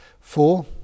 four